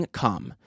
come